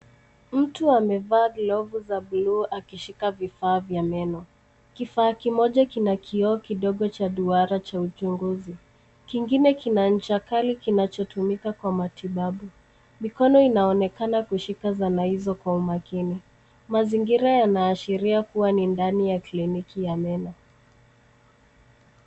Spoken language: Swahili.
Mtu amevaa glavu za blue akishika vifaa vya meno. Kifaa kimoja kina kioo kidogo cha duara cha uchunguzi. Kingine kina ncha kali kinachotumika kwa matibabu. Mikono inaonekana kushika zana hizo kwa umakini. Mazingira yanaashiria kuwa ni ndani ya kliniki ya meno.